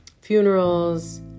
funerals